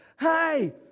Hey